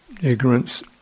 ignorance